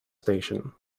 station